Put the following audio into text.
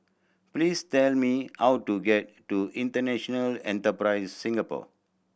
please tell me how to get to International Enterprise Singapore